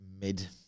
mid